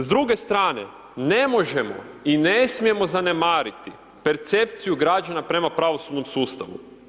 S druge strane ne možemo i ne smijemo zanemariti percepciju građana prema pravosudnom sustavu.